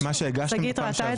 את מה שהגשתם פעם שעברה?